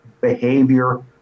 behavior